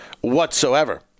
whatsoever